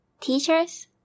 teachers